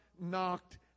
knocked